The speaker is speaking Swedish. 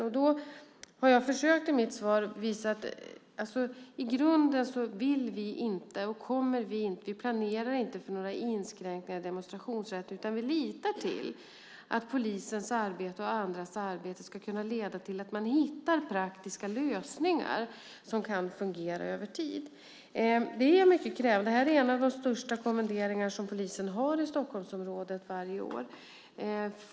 Som jag har försökt visa i mitt svar vill vi i grunden inte genomföra några inskränkningar i demonstrationsrätten och kommer inte, planerar inte, att göra det. Vi litar till att polisens och andras arbete ska kunna leda till att man hittar praktiska lösningar som kan fungera över tid. Det är mycket krävande. Det här är en av de största kommenderingar som polisen har i Stockholmsområdet varje år.